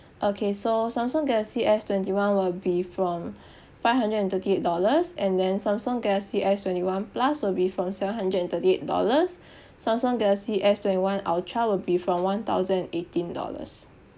okay so samsung galaxy S twenty one will be from five hundred and thirty eight dollars and then samsung galaxy S twenty one plus will be from seven hundred and thirty eight dollars samsung galaxy S twenty one ultra will be from one thousand and eighteen dollars